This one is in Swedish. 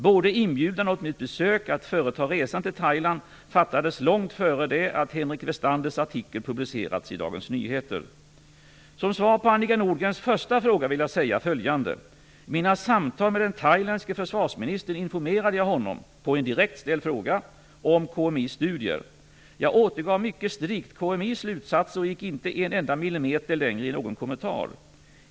Både inbjudan och mitt beslut att företa resan till Thailand fattades långt före det att Som svar på Annika Nordgrens första fråga vill jag säga följande. I mina samtal med den thailändske försvarsministern informerade jag honom - till svar på en direkt ställd fråga - om KMI:s studie. Jag återgav mycket strikt KMI:s slutsatser och gick inte en enda millimeter längre i någon kommentar.